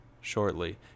shortly